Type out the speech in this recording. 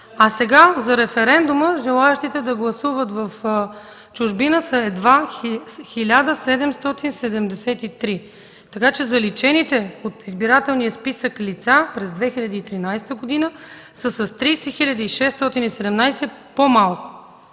а сега за референдума желаещите да гласуват в чужбина са едва 1773. Така че заличените от избирателния списък лица през 2013 г. са с 30 хил. 617 по-малко.